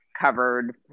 covered